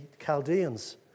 Chaldeans